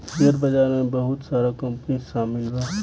share बाजार में बहुत सारा कंपनी शामिल बा